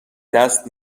دست